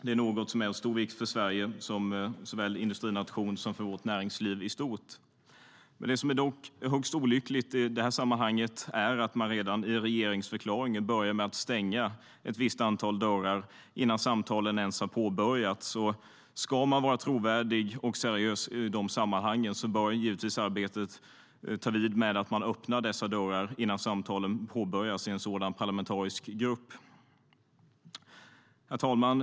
Det är något som är av stor vikt för Sverige som industrination och för vårt näringsliv i stort. Herr talman!